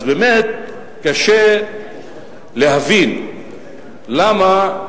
אז באמת קשה להבין למה.